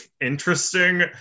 interesting